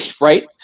Right